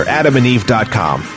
AdamandEve.com